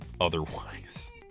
otherwise